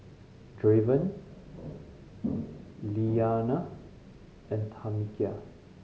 Draven Lilianna and Tamekia